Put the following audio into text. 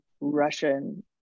Russian